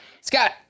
Scott